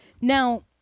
Now